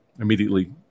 immediately